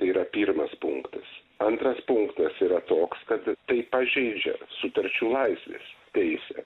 tai yra pirmas punktas antras punktas yra toks kad tai pažeidžia sutarčių laisvės teisę